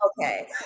okay